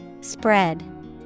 Spread